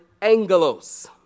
angelos